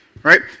Right